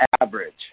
average